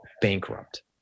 bankrupt